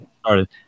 started